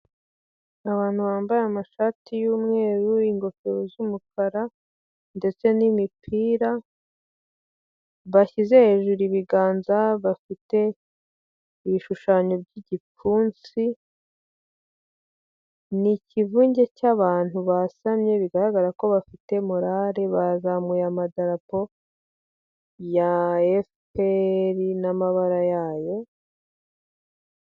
Abantu bambaye amashati y'umweru, ingofero z'umukara, ndetse n'imipira, bashyize hejuru ibiganza, bafite ibishushanyo by'igipfunsi, ni ikivunge cy'abantu basamye, bigaragara ko bafite morare, bazamuye amadarapo ya efuperi, n'amabara yayo.